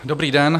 Dobrý den.